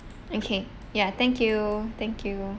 okay ya thank you thank you